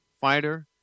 fighter